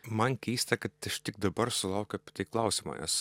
man keista kad tik dabar sulaukiu klausimo nes